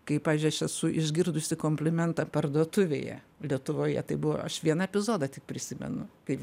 kaip pavyzdžiui aš esu išgirdusi komplimentą parduotuvėje lietuvoje tai buvo aš vieną epizodą tik prisimenu kaip